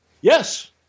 Yes